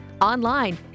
Online